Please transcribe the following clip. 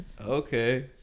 Okay